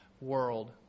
world